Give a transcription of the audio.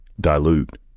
dilute